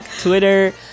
Twitter